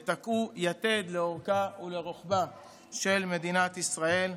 ותקעו יתד לאורכה ולרוחבה של מדינת ישראל,